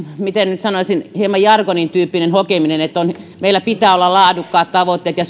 miten nyt sanoisin hieman jargonin tyyppinen hokeminen että meillä pitää olla laadukkaat tavoitteet ja